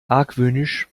argwöhnisch